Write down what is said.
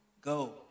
Go